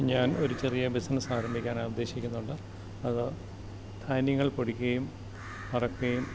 ഞാൻ ഒരു ചെറിയ ബിസിനസ് ആരംഭിക്കാനാ ഉദ്ദേശിക്കുന്നുണ്ട് അത് ധാന്യങ്ങൾ പൊടിക്കുക്കയും വറുക്കുക്കയും